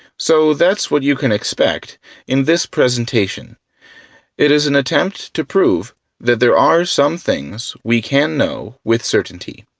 so that's what you can expect in this presentation it is an attempt to prove that there are some things we can know with certainty.